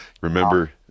Remember